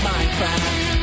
Minecraft